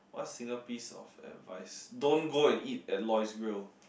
what's single piece of advice don't go and eat at Loy's grill